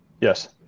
Yes